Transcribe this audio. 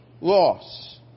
loss